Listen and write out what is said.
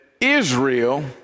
Israel